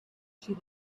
she